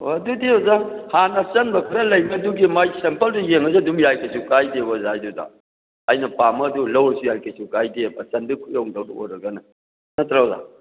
ꯍꯣꯏ ꯑꯗꯨꯗꯤ ꯑꯣꯖꯥ ꯍꯥꯟꯅ ꯑꯆꯟꯕ ꯈꯔ ꯂꯩꯕꯗꯨꯒꯤ ꯃꯥꯒꯤ ꯁꯦꯝꯄꯜꯗꯨ ꯌꯦꯡꯉꯒ ꯑꯗꯨꯝ ꯌꯥꯏ ꯀꯩꯁꯨ ꯀꯥꯏꯗꯦ ꯑꯣꯖꯥꯒꯤꯗꯨꯗ ꯑꯩꯅ ꯄꯥꯝꯃꯒꯗꯤ ꯂꯧꯔꯁꯨ ꯌꯥꯏ ꯀꯩꯁꯨ ꯀꯥꯏꯗꯦ ꯆꯟꯕꯒꯤ ꯈꯨꯌꯧꯅꯗꯧꯕ ꯑꯣꯏꯔꯒꯅ ꯅꯠꯇ꯭ꯔꯥ ꯑꯣꯖꯥ